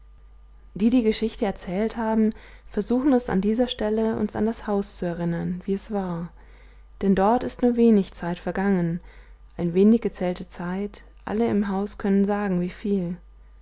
die die geschichte erzählt haben versuchen es an dieser stelle uns an das haus zu erinnern wie es war denn dort ist nur wenig zeit vergangen ein wenig gezählter zeit alle im haus können sagen wieviel